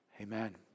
Amen